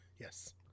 yes